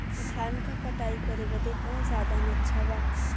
धान क कटाई करे बदे कवन साधन अच्छा बा?